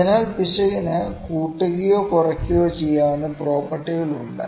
അതിനാൽ പിശകിന് കൂട്ടുകയോ കുറയ്ക്കുകയോ ചെയ്യാവുന്ന പ്രോപ്പർട്ടികൾ ഉണ്ട്